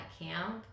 camp